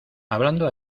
hablando